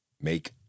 make